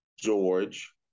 george